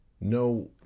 No